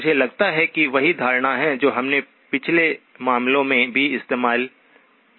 मुझे लगता है कि वही धारणा है जो हमने पिछले मामले में भी इस्तेमाल की है